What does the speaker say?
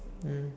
mm